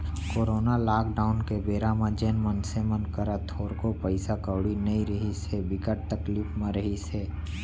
corona lockdown के बेरा म जेन मनसे मन करा थोरको पइसा कउड़ी नइ रिहिस हे, बिकट तकलीफ म रिहिस हे